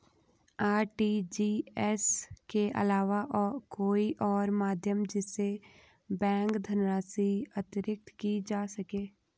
RTGS के अलावा कोई और माध्यम जिससे बैंक धनराशि अंतरित की जा सके?